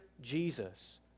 Jesus